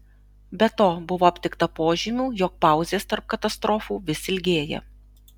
be to buvo aptikta požymių jog pauzės tarp katastrofų vis ilgėja